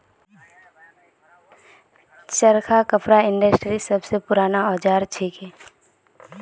चरखा कपड़ा इंडस्ट्रीर सब स पूराना औजार छिके